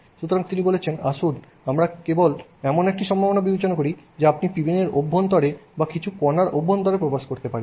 সুতরাং তিনি বলেছেন আসুন আমরা কেবল এমন একটি সম্ভাবনা বিবেচনা করি যা আপনি পিনের অভ্যন্তর বা কিছু কণার অভ্যন্তরে প্রবেশ করতে পারেন